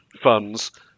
Funds